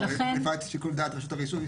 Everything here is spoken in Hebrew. לא, אבל היא מחליפה את שיקול דעת רשות הרישוי.